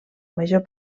major